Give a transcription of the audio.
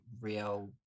real